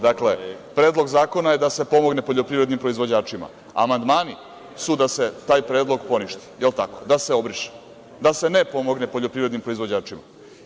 Dakle, predlog zakona je da se pomogne poljoprivrednim proizvođačima, a amandmani su da se taj predlog poništi, da se obriše, da se ne pomogne poljoprivrednim proizvođačima.